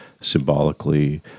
symbolically